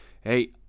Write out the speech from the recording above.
hey